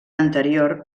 anterior